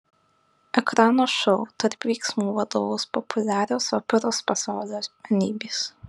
ekrano šou tarp veiksmų vadovaus populiarios operos pasaulio asmenybės